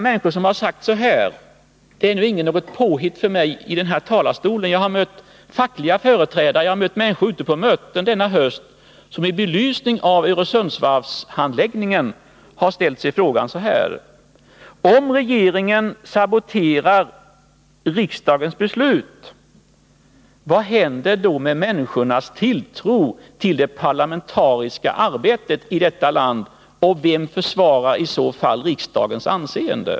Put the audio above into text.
Det är inte något påhitt av mig i denna talarstol, utan jag har mött fackliga företrädare och människor ute på möten denna höst som i belysning av Öresundsvarvets handläggning har ställt frågan så här: Om regeringen saboterar riksdagens beslut, vad händer då med människornas tilltro till det parlamentariska arbetet i detta land, och vem försvarar i så fall riksdagens anseende?